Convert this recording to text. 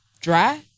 dry